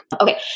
Okay